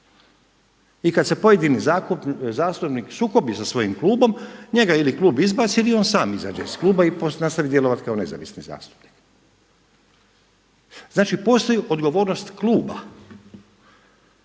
I kada se pojedini zastupnik sukobi sa svojim klubom, njega ili klub izbaci ili on sam izađe iz kluba i nastavi djelovati kao nezavisni zastupnik. Znači postoji odgovornost kluba.